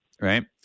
right